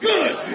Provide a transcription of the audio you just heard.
good